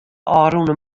ôfrûne